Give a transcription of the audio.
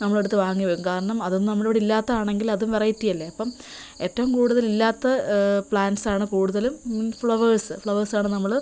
നമ്മളെടുത്ത് വാങ്ങി വെക്കും കാരണം അതൊന്നും നമ്മുടെ ഇവിടെ ഇല്ലാത്തതാണെങ്കില് അതും വെറൈറ്റി അല്ലെ അപ്പം ഏറ്റവും കൂടുതൽ ഇല്ലാത്ത പ്ലാൻറ്റ്സാണ് കൂടുതലും മുൻ ഫ്ലവേഴ്സ് ഫ്ലവേഴ്സാണ് നമ്മള്